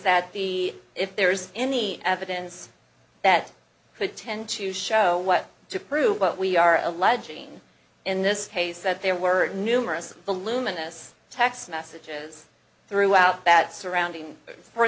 that the if there's any evidence that could tend to show what to prove but we are alleging in this case that there were numerous the luminous text messages throughout that surrounding for